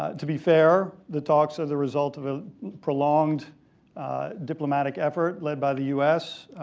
to be fair, the talks are the result of a prolonged diplomatic effort led by the u s,